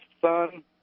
son